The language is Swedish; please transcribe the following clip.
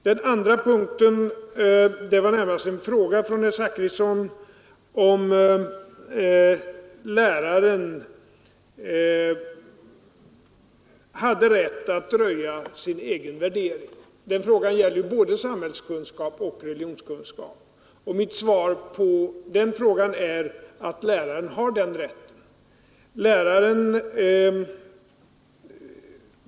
Den andra punkten var närmast en fråga från herr Zachrisson, om läraren hade rätt att röja sin egen värdering. Den frågan gäller både samhällskunskap och religionskunskap. Mitt svar på frågan är att läraren har den rätten.